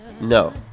No